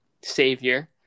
savior